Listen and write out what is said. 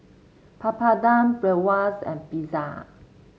Papadum Bratwurst and Pizza